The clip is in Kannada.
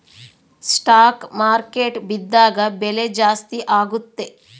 ಸ್ಟಾಕ್ ಮಾರ್ಕೆಟ್ ಬಿದ್ದಾಗ ಬೆಲೆ ಜಾಸ್ತಿ ಆಗುತ್ತೆ